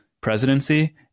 presidency